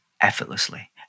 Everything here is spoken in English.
effortlessly